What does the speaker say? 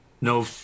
no